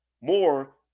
more